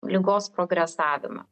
ligos progresavimą